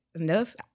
enough